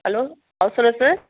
hello house owner sir